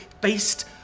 based